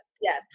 Yes